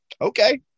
okay